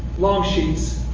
long sheets,